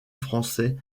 français